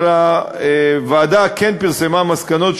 אבל הוועדה כן פרסמה מסקנות,